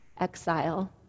exile